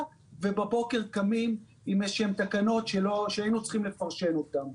ובבוקר היינו קמים עם תקנות שהיינו צריכים לפרש אותן.